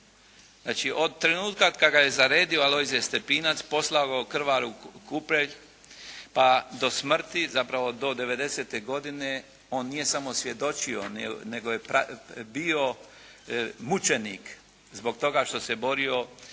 Znači od trenutka kad ga je zaredio Alojzije Stepinac, poslao ga u krvavu kupelj pa do smrti zapravo do 1990. godine on nije samo svjedočio nego je bio mučenik zbog toga što se borio za